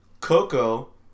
Coco